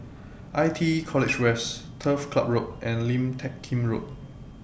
I T E College West Turf Ciub Road and Lim Teck Kim Road